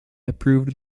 approved